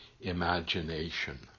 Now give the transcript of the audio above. imagination